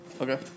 Okay